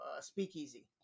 speakeasy